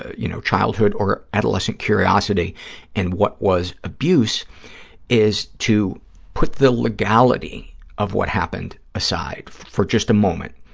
you know, childhood or adolescent curiosity and what was abuse is to put the legality of what happened aside for just a moment,